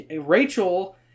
Rachel